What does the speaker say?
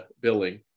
billing